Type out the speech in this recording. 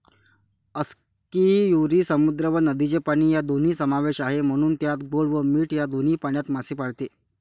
आस्कियुरी समुद्र व नदीचे पाणी या दोन्ही समावेश आहे, म्हणून त्यात गोड व मीठ या दोन्ही पाण्यात मासे पाळते